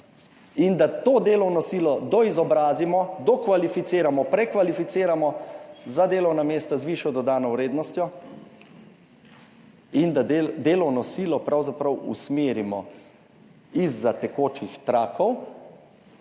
in da to delovno silo doizobrazimo, dokvalificiramo, prekvalificiramo za delovna mesta z višjo dodano vrednostjo in da delovno silo pravzaprav usmerimo izza tekočih trakov